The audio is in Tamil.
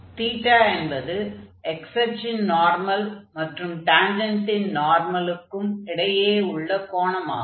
அங்கே என்பது x அச்சின் நார்மல் மற்றும் டான்ஜன்டின் நார்மலுக்கும் இடையே உள்ள கோணமாகும்